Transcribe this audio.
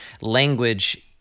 language